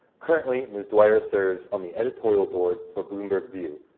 currently ms. dwyer serves on the editorial board for bloomberg view,